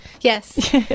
Yes